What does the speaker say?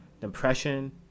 depression